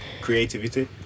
creativity